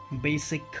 basic